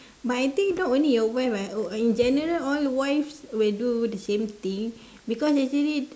but I think not only your wife right oh in general all wives will do the same thing because actually